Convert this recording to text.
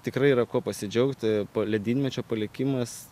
tikrai yra kuo pasidžiaugti po ledynmečio palikimas